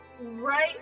Right